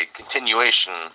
continuation